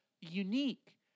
unique